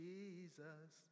Jesus